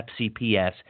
FCPS